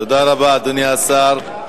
תודה רבה, אדוני השר.